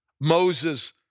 Moses